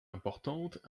importantes